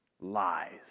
Lies